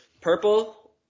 purple